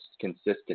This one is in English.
consistent